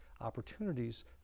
opportunities